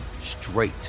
straight